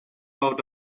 out